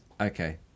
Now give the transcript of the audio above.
Okay